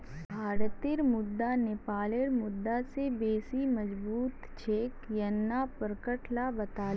भारतेर मुद्रा नेपालेर मुद्रा स बेसी मजबूत छेक यन न पर्यटक ला बताले